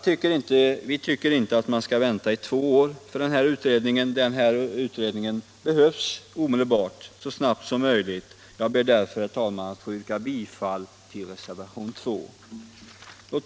Vi tycker inte att man skall vänta i två år med utredningen, den behövs så snabbt som möjligt. Jag ber därför, herr talman, att få yrka bifall till reservationen 2.